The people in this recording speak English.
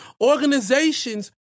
Organizations